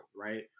right